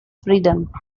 freedom